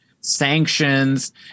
sanctions